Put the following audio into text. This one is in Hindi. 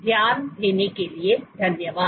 ध्यान देने के लिए धन्यवाद